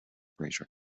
frasier